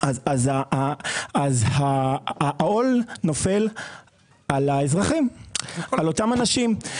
אז העול נופל על האזרחים, על אותם אנשים.